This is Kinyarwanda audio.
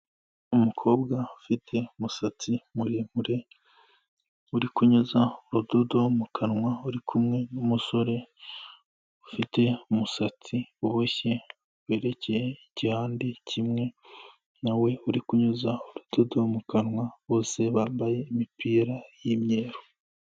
Umukobwa ufite umusatsi muremure, uri kunyuza urudodo mu kanwa uri kumwe n'umusore ufite umusatsi uboshye werekeye igihande kimwe nawe uri kunyuza urudodo mu kanwa bose bambaye imipira y'imyeru.